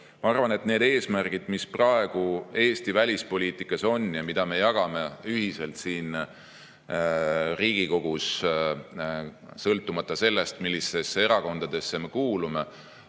ma arvan, et need eesmärgid, mis praegu Eesti välispoliitikas on ja mida me jagame ühiselt siin Riigikogus – sõltumata sellest, millisesse erakonda me keegi kuulume